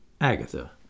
Agatha